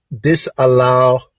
disallow